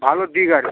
ভালো দিক আছে